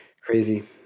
crazy